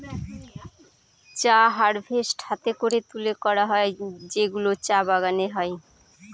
চা হারভেস্ট হাতে করে তুলে করা হয় যেগুলো চা বাগানে হয়